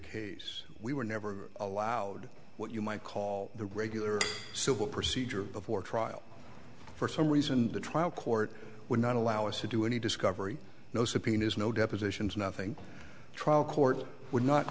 case we were never allowed what you might call the regular civil procedure before trial for some reason the trial court would not allow us to do any discovery no subpoenas no depositions nothing trial court would not